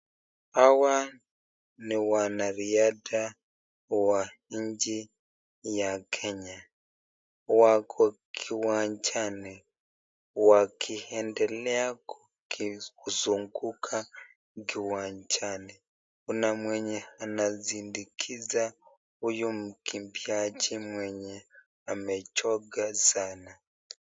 Hawa ni wanariadha, wa nchi ya Kenya, wako kiwanjani wakiendelea kuzunguka kiwanjani, kuna mwenye anasindikiza huyu mkimbiaji mwenye amechoka sana.